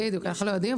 בדיוק, אנחנו לא יודעים.